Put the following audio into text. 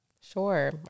sure